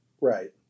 Right